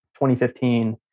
2015